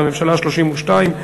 בממשלה ה-32,